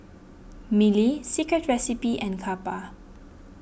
Mili Secret Recipe and Kappa